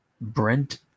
Brent